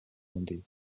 vendée